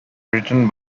written